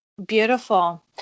Beautiful